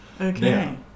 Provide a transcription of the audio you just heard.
Okay